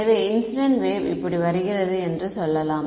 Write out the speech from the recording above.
எனவே incident wave இப்படி வருகிறது என்று சொல்லலாம்